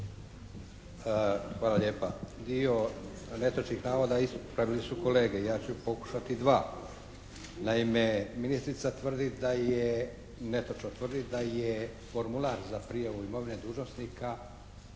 Hvala lijepa. Dio netočnih navoda ispravili su kolege. Ja ću pokušati dva. Naime, ministrica tvrdi da je, netočno tvrdi da je formular za prijavu imovine dužnosnika